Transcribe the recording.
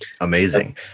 amazing